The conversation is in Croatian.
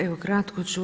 Evo kratko ću.